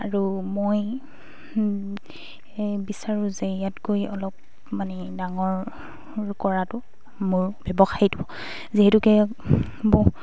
আৰু মই এই বিচাৰোঁ যে ইয়াতকৈ অলপ মানে ডাঙৰ কৰাটো মোৰ ব্যৱসায়টো যিহেতুকে বহু